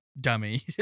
dummy